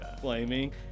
flaming